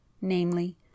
namely